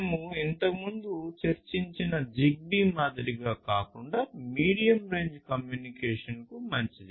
మేము ఇంతకుముందు చర్చించిన జిగ్బీ మాదిరిగా కాకుండా మీడియం రేంజ్ కమ్యూనికేషన్కు మంచిది